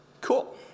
Cool